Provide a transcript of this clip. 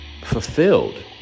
fulfilled